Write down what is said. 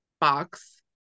box